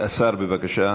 השר, בבקשה.